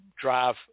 drive